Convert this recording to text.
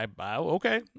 Okay